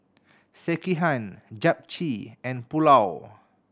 Sekihan Japchae and Pulao